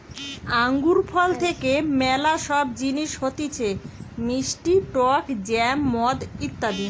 আঙ্গুর ফল থেকে ম্যালা সব জিনিস হতিছে মিষ্টি টক জ্যাম, মদ ইত্যাদি